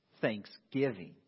thanksgiving